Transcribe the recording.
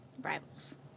Rivals